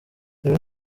ibi